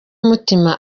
umutima